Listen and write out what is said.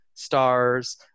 stars